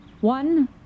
One